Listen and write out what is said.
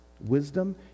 wisdom